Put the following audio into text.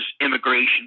immigration